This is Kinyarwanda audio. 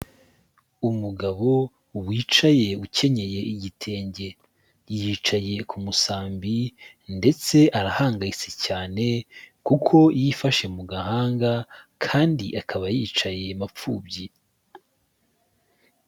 Umugabo wicaye ukenyeye igitenge, yicaye ku musambi ndetse arahangayitse cyane kuko yifashe mu gahanga kandi akaba yicaye mapfubyi.